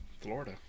Florida